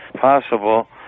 possible